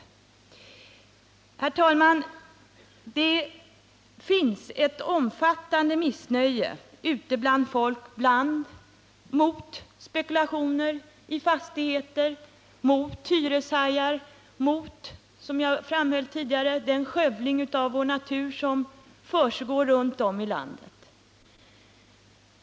Herr talman! Det finns ett omfattande missnöje ute bland folk mot spekulationer i fastigheter, mot hyreshajar, mot, som jag framhöll tidigare, den skövling av vår natur som försiggår runt om i landet.